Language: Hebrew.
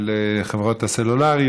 לחברות הסלולר,